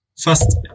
first